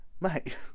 mate